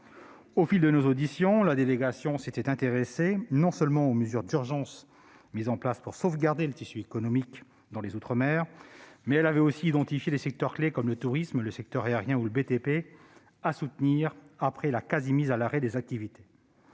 Au fil de nos auditions, la délégation s'était non seulement intéressée aux mesures d'urgence mises en place pour sauvegarder le tissu économique dans les outre-mer, mais elle avait aussi identifié des secteurs clés- tourisme, secteur aérien, BTP -, à soutenir après la quasi-mise à l'arrêt des activités.